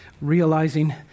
realizing